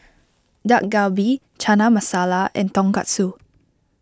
Dak Galbi Chana Masala and Tonkatsu